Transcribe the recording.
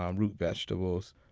um root vegetables,